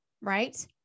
right